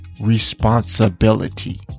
responsibility